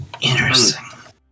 Interesting